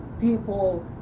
people